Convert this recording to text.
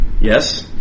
yes